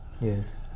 yes